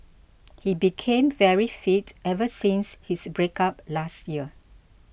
he became very fit ever since his breakup last year